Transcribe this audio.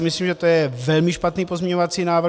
Myslím si, že to je velmi špatný pozměňovací návrh.